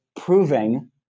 proving